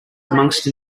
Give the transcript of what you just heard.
amongst